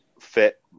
Fit